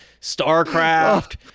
Starcraft